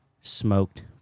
smoked